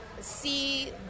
see